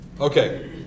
Okay